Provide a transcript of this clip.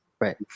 right